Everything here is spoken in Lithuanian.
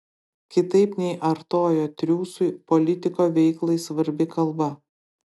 kitaip nei artojo triūsui politiko veiklai svarbi kalba